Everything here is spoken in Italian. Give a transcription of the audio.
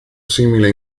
simile